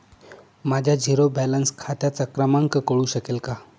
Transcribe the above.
माझ्या zero balance खात्याचा क्रमांक कळू शकेल का?